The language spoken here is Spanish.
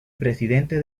presidente